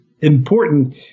important